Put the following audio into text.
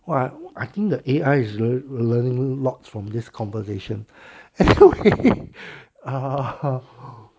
!wah! I think the A_I is learning lots from this conversation